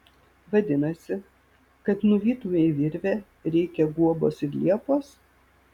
vadinasi kad nuvytumei virvę reikia guobos ir liepos